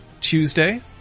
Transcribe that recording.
Tuesday